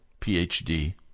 PhD